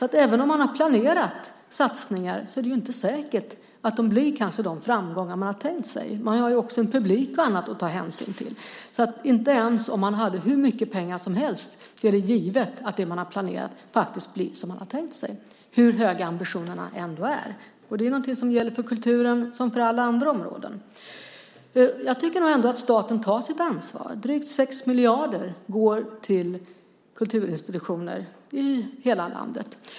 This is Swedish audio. Även om man har planerat satsningar är det inte säkert att de blir de framgångar man har tänkt sig. Man har också publik och annat att ta hänsyn till. Inte ens om man har hur mycket pengar som helst är det givet att det man planerat faktiskt blir som man har tänkt sig, hur höga ambitionerna än är. Det gäller för kulturen likaväl som för alla andra områden. Jag tycker nog ändå att staten tar sitt ansvar. Drygt 6 miljarder går till kulturinstitutioner i hela landet.